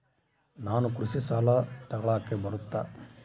ನಾನು ಕೃಷಿ ಸಾಲ ತಗಳಕ ಬರುತ್ತಾ?